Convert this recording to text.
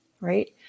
right